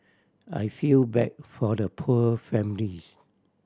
I feel bad for the poor families